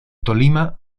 tolima